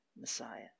Messiah